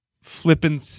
flippin